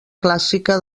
clàssica